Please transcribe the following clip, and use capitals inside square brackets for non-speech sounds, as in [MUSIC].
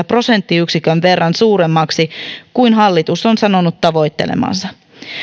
[UNINTELLIGIBLE] prosenttiyksikön verran suuremmaksi kuin mitä hallitus on sanonut tavoittelevansa